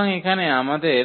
সুতরাং এখানে আমাদের